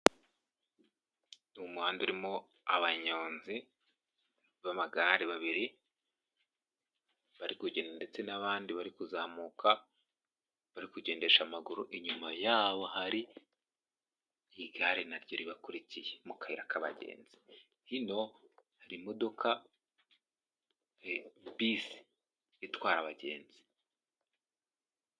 Ni umuhanda urimo abanyonzi b'amagare babiri, bari kugenda ndetse n'abandi bari kuzamuka, bari kugendesha amaguru, inyuma yabo hari igare naryo ribakurikiye mu kayira k'abagenzi, hino hari imodoka bisi itwara abagenzi.